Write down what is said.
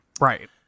Right